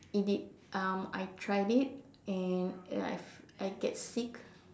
eat it um I tried it and uh I have I get sick